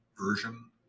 version